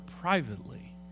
privately